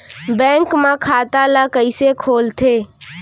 Bank म खाता ल कइसे खोलथे?